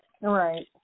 Right